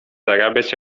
zarabiać